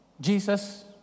Jesus